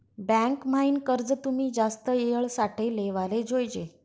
bank म्हाईन कर्ज तुमी जास्त येळ साठे लेवाले जोयजे